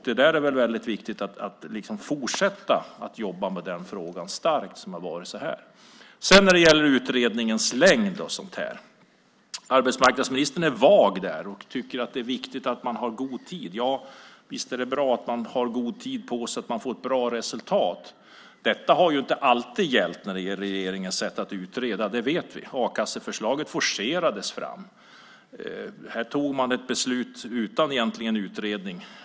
Det är väldigt viktigt att fortsätta starkt jobba med den frågan. När det gäller utredningens längd är arbetsmarknadsministern vag. Han tycker att det är viktigt att ha gott om tid. Ja, visst är det bra att man har god tid på sig och får ett bra resultat. Detta har ju inte alltid gällt när det gäller regeringens sätt att utreda, det vet vi. A-kasseförslaget forcerades fram. Där fattade man ett beslut utan egentlig utredning.